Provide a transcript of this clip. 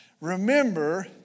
Remember